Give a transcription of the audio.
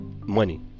money